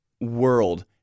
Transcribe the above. world